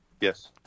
Yes